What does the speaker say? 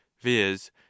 viz